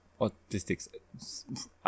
autistics